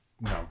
no